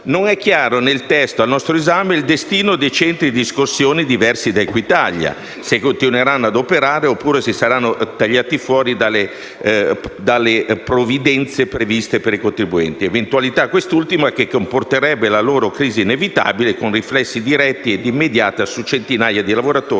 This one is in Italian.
Non è chiaro nel testo al nostro esame il destino dei centri di riscossione diversi da Equitalia: continueranno a operare oppure saranno tagliati fuori dalle provvidenze previste per i contribuenti? Quest'ultima eventualità comporterebbe la loro crisi inevitabile, con riflessi diretti e immediati su centinaia di lavoratori